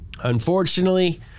Unfortunately